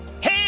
Hey